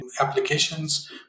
applications